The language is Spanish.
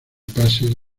pases